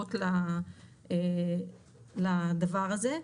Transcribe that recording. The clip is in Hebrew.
הסיבות לדבר הזה.